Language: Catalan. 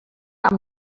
amb